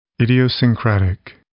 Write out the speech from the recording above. Idiosyncratic